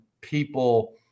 people